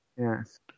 Yes